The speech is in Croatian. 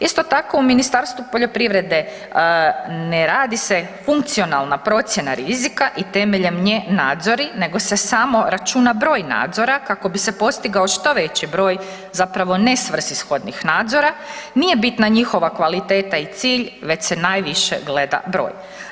Isto tako u Ministarstvu poljoprivrede ne radi se funkcionalna procjena rizika i temeljem nje nadzori nego se samo računa broj nadzora kako bi se postigao što veći broj zapravo nesvrsishodnih nadzora, nije bitna njihova kvaliteta i cilj već se najviše gleda broj.